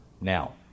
now